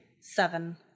Seven